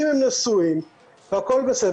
אם הם נשואים והכול בסדר,